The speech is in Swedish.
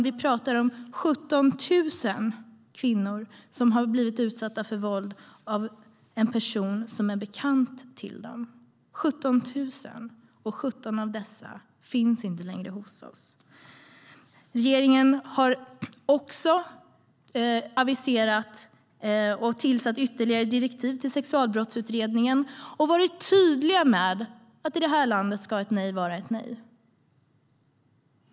Vi pratar om 17 000 kvinnor som har blivit utsatta för våld av en person som är bekant till dem, herr talman - 17 000. Av dessa finns 17 inte längre hos oss. Regeringen har också aviserat och gett ytterligare direktiv till Sexualbrottsutredningen. Man har varit tydlig med att ett nej ska vara ett nej i det här landet.